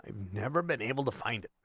never been able to find